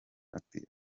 ati